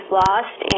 lost